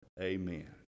Amen